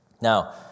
Now